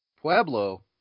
Pueblo